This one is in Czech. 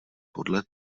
podle